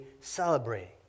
celebrating